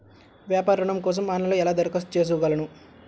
వ్యాపార ఋణం కోసం ఆన్లైన్లో ఎలా దరఖాస్తు చేసుకోగలను?